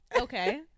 Okay